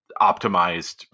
optimized